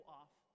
off